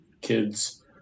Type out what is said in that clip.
kids